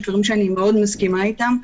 יש דברים שאני מאוד מסכימה איתם.